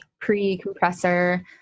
pre-compressor